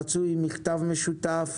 רצוי מכתב משותף